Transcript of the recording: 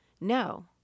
No